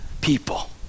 people